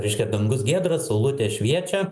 reiškia dangus giedras saulutė šviečia